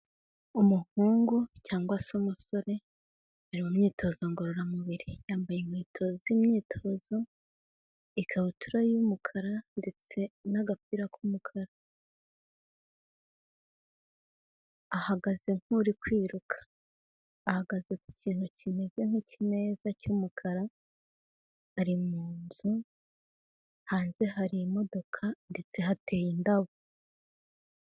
Umuhungu cyangwa se umusore, ari mu myitozo ngororamubiri, yambaye inkweto z'imyitozo, ikabutura y'umukara, ndetse n'agapira k'umukara, ahagaze nk'uri kwiruka, ahagaze ku kintu kimeze nk'ikimeza cy'umukara, ari mu nzu, hanze hari imodoka ndetse hateye indabo.